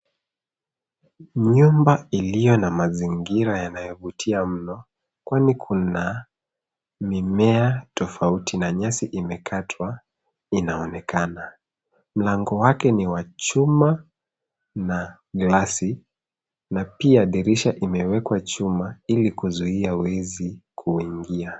Nyumba iliyo na mazingira yanayovutia mno, kwani kuna mimea tofauti na nyasi imekatwa inaonekana. Mlango wake ni wa chuma na glasi, na pia dirisha imewekwa chuma ili kuzuia wezi kuingia.